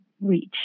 reach